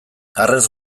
harrez